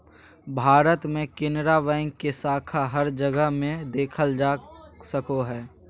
भारत मे केनरा बैंक के शाखा हर जगह मे देखल जा सको हय